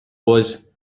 was